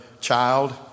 child